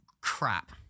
crap